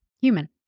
Human